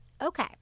Okay